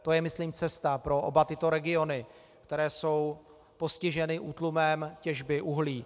To je myslím cesta pro oba tyto regiony, které jsou postiženy útlumem těžby uhlí.